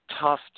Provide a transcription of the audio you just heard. tough